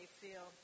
feel